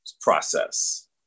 process